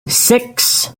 six